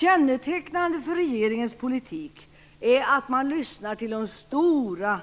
Kännetecknande för regeringens politik är att man lyssnar till de stora